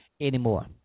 anymore